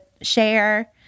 share